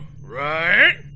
Right